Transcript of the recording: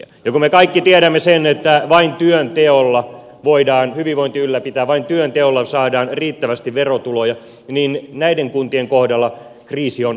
ja kun me kaikki tiedämme sen että vain työnteolla voidaan hyvinvointi ylläpitää vain työnteolla saadaan riittävästi verotuloja niin näiden kuntien kohdalla kriisi on akuutti